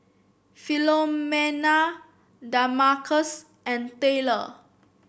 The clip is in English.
Philomena Damarcus and Tylor